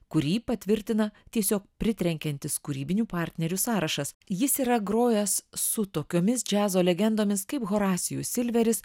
kurį patvirtina tiesiog pritrenkiantis kūrybinių partnerių sąrašas jis yra grojęs su tokiomis džiazo legendomis kaip horacijus silveris